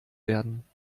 werden